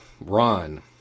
run